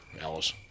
Alice